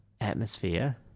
atmosphere